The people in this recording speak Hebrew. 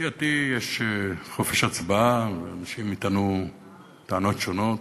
בסיעתי יש חופש הצבעה, ואנשים יטענו טענות שונות.